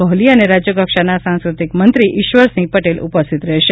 કોહલી અને રાજ્યકક્ષાના સાંસ્કૃતિક મંત્રી શ્રી ઇશ્વરસિંહ પટેલ ઉપસ્થિત રહેશે